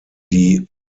die